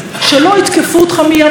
שלא יתקפו אותך מימין,